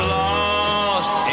lost